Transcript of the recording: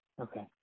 Okay